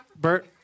Bert